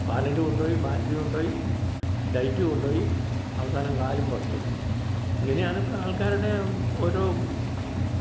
panel കൊണ്ടുപോയി battery കൊണ്ടുപോയി light കൊണ്ടുപോയി അവസാനം കാലും പറിച്ചുകൊണ്ട് പോയി ഇങ്ങനെയാണ് ആൾക്കാരുടെ ഓരോ